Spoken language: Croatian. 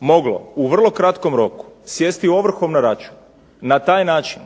moglo u vrlo kratkom roku sjesti ovrhom na račun na taj način